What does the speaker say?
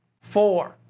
Four